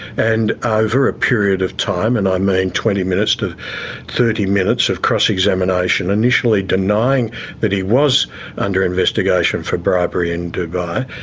and over a period of time, and i mean twenty minutes to thirty minutes of cross-examination, initially denying that he was under investigation for bribery in dubai,